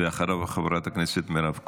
אחריו, חברת הכנסת מירב כהן.